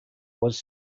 was